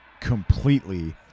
completely